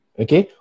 okay